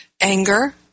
anger